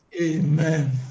amen